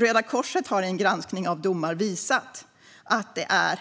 Röda Korset har i en granskning av domar visat att det är